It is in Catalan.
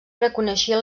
reconeixia